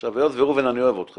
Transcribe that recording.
עכשיו, היות, ראובן, שאני אוהב אותך